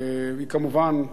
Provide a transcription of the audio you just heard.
וכמובן,